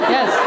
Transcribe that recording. Yes